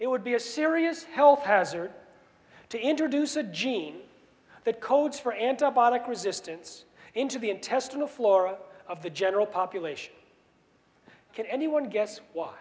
it would be a serious health hazard to introduce a gene that codes for antibiotic resistance into the intestinal flora of the general population can anyone guess why